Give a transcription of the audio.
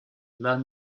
learn